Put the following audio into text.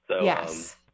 Yes